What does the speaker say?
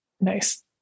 Nice